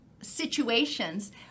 situations